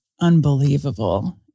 unbelievable